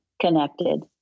connected